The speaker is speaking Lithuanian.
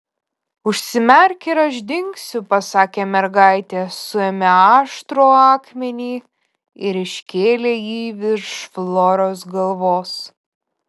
užsimerk ir aš dingsiu pasakė mergaitė suėmė aštrų akmenį ir iškėlė jį virš floros galvos